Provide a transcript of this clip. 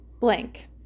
Blank